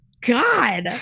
God